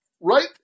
right